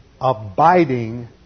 abiding